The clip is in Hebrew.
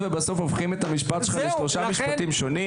זו פעם ראשונה שאני בוועדה,